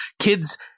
kids